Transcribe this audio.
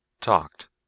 talked